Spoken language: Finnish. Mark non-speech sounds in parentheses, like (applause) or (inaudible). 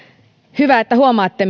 hyvä että huomaatte (unintelligible)